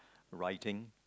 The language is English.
writing